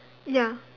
ya